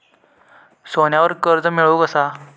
सोन्यावर कर्ज मिळवू कसा?